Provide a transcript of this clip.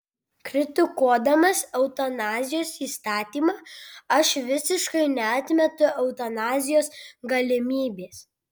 kritikuodamas eutanazijos įstatymą aš visiškai neatmetu eutanazijos galimybės